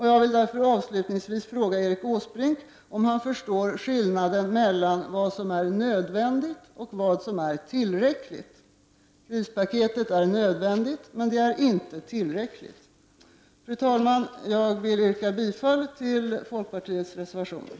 Jag vill avslutningsvis fråga Erik Åsbrink om han förstår skillnaden mellan vad som är nödvändigt och vad som är tillräckligt. Krispaketet är nödvändigt, men det är inte tillräckligt. Fru talman! Jag yrkar bifall till folkpartiets reservationer.